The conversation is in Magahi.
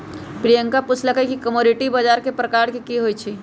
प्रियंका पूछलई कि कमोडीटी बजार कै परकार के होई छई?